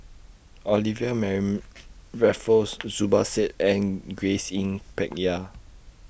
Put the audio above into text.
Olivia Mariamne Raffles Zubir Said and Grace Yin Peck Ha